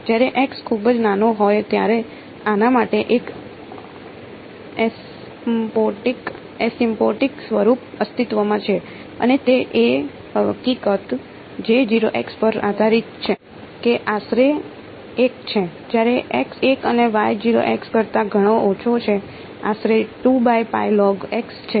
જ્યારે x ખૂબ જ નાનો હોય ત્યારે આના માટે એક એસિમ્પ્ટોટિક સ્વરૂપ અસ્તિત્વમાં છે અને તે એ હકીકત પર આધારિત છે કે આશરે 1 છે જ્યારે x 1 અને કરતા ઘણો ઓછો છે આશરે છે